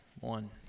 One